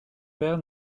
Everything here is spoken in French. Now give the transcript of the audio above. père